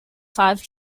five